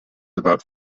about